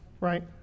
right